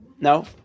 No